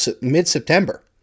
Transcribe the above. mid-September